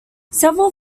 several